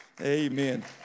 Amen